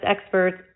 experts